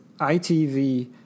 ITV